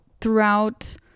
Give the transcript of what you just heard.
throughout